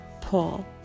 pull